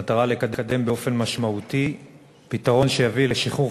במטרה לקדם באופן משמעותי פתרון שיביא לשחרור